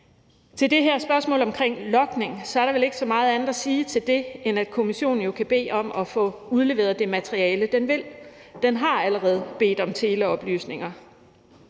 til det her spørgsmål omkring logning er der vel ikke så meget andet at sige, end at kommissionen jo kan bede om at få udleveret det materiale, den vil. Den har allerede bedt om teleoplysninger.